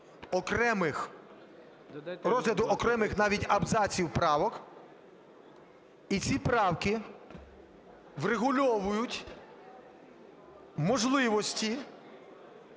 розгляду окремих навіть абзаців правок, і ці правки врегульовують можливості